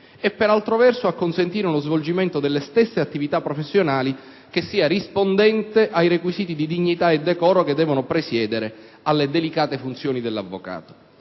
e, per altro verso, a consentire uno svolgimento delle stesse attività professionali rispondente ai requisiti di dignità e decoro che devono presiedere alle delicate funzioni dell'avvocato.